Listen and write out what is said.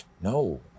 no